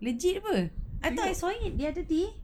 legit [pe] I thought I saw it the other day